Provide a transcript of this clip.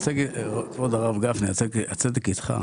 כבוד הרב גפני הצדק איתך,